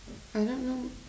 I don't know